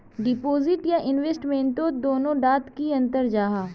Deposit या investment तोत दोनों डात की अंतर जाहा?